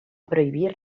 prohibir